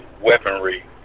weaponry